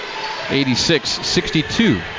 86-62